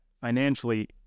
financially